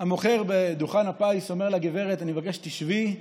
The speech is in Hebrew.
המוכר בדוכן הפיס אומר לגברת: אני מבקש שתשבי,